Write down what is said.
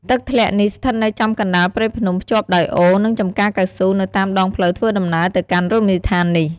ទឹកធ្លាក់នេះស្ថិតនៅចំកណ្តាលព្រៃភ្នំភ្ជាប់ដោយអូរ និងចំការកៅស៊ូនៅតាមដងផ្លូវធ្វើដំណើរទៅកាន់រមណីយដ្ឋាននេះ។